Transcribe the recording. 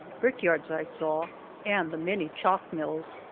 brick-yards i saw and the many chalk mills,